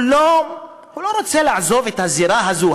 הוא לא רוצה לעזוב את הזירה הזו.